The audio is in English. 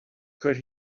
could